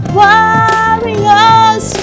warriors